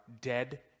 dead